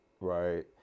right